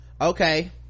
okay